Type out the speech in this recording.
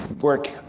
work